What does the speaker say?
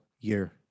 year